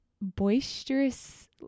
boisterous